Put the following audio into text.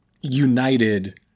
united